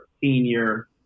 senior